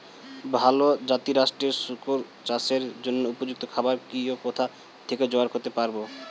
ভালো জাতিরাষ্ট্রের শুকর চাষের জন্য উপযুক্ত খাবার কি ও কোথা থেকে জোগাড় করতে পারব?